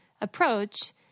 approach